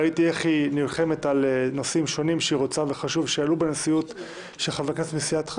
ראיתי איך היא נלחמת על נושאים שונים שעלו בנשיאות של חברי כנסת מסיעתך.